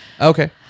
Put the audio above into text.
Okay